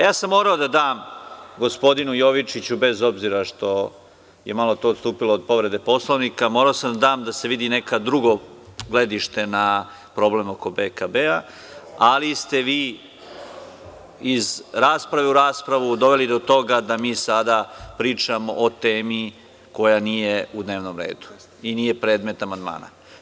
Ja sam morao da dam gospodinu Jovičiću, bez obzira što je malo to odstupilo od povrede Poslovnika, morao sam da dam da se vidi neko drugo gledište na problem oko PKB-a, ali ste vi iz rasprave u raspravu doveli do toga da mi sada pričamo o temi koja nije u dnevnom redu i nije predmet amandmana.